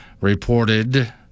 reported